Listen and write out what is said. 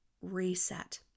Reset